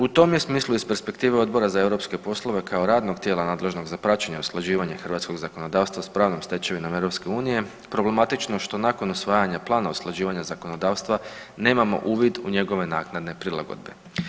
U tom je smislu iz perspektive Odbora za europske poslove kao radnog tijela nadležnog za praćenje usklađivanja hrvatskog zakonodavstva s pravnom stečevinom s EU problematično što nakon usvajanja plana usklađivanja zakonodavstva nemamo uvid u njegove naknadne prilagodbe.